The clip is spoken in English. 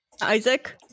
Isaac